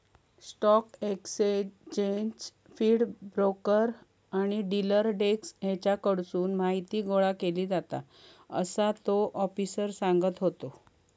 stock exchange feed, broker आणि dealer desk हेच्याकडसून माहीती गोळा केली जाता, असा तो आफिसर सांगत होतो